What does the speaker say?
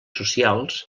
socials